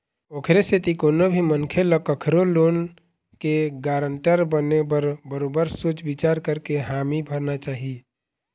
ओखरे सेती कोनो भी मनखे ल कखरो लोन के गारंटर बने बर बरोबर सोच बिचार करके हामी भरना चाही